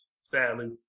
sadly